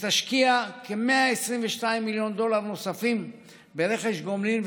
שתשקיע כ-122 מיליון דולר נוספים ברכש גומלין,